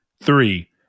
Three